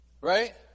Right